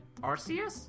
Arceus